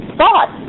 thought